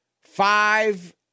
Five